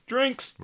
Drinks